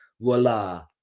Voila